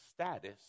status